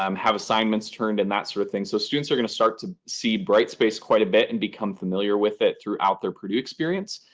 um have assignments turned in, that sort of thing. so students are going to start to see bright space quite a bit and become familiar with it throughout their purdue experience.